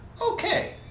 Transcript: okay